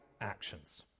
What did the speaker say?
actions